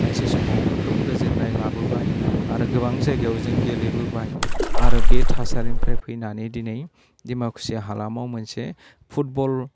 मोनसे समाव खोब गोजोन्नाय जाबोबाय आरो गोबां जायगायाव जों गेलेबोबाय आरो बे थासारिनिफ्राय फैनानै दिनै दिमाकुसि हालामाव मोनसे फुटबल